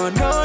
no